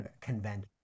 convention